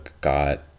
got